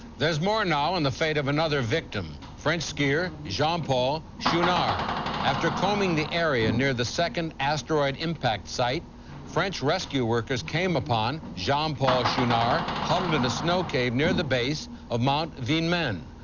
there's more now on the fate of another victim, french skier jean-paul chounard. after combing the area and near the second asteroid impact site french rescue worker came upon jean-paul chounard huddled in a snow cave near the base of mount vignmaine.